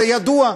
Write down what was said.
זה ידוע,